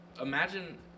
Imagine